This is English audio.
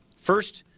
first,